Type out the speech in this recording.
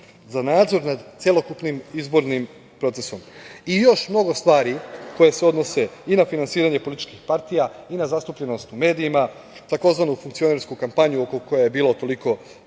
za nadzor nad celokupnim izbornim procesom i još mnogo stvari koje se odnose i na finansiranje političkih partija i na zastupljenost u medijima, tzv. funkcionersku kampanju oko koje je bilo toliko